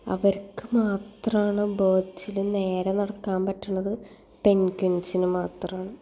അവർക്ക് മാത്രമാണ് ബേർഡസിൽ നേരെ നടക്കാൻ പറ്റണത് പെൻഗ്വൻസിന് മാത്രമാണ്